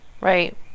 right